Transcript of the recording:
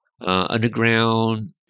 underground